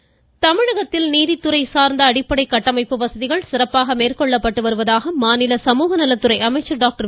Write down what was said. சரோஜா தமிழகத்தில் நீதித்துறை சார்ந்த அடிப்படை கட்டமைப்பு வசதிகள் சிறப்பாக மேற்கொள்ளப்பட்டு வருவதாக மாநில சமூகநலத்துறை அமைச்சர் டாக்டர்